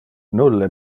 nulle